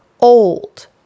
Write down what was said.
old